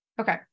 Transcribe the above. Okay